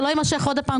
שלא יימשך עוד הפעם,